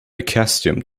accustomed